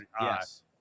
yes